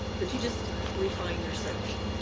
but you just refine your search.